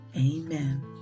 Amen